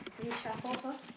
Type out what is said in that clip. we shuffle first